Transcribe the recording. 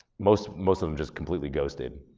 most most of them just completely ghosted,